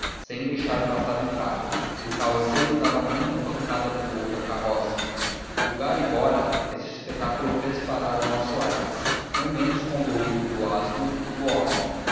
sem deixar passar um carro e o carroceiro dava muita pancada no burro da carroça vulgar embora este espetáculo fez parar o nosso aires não menos condoído do asno que do homem